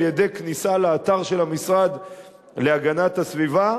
על-ידי כניסה לאתר של המשרד להגנת הסביבה,